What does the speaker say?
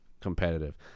competitive